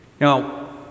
Now